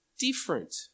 different